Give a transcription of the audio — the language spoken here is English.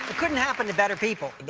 couldn't happen to better people.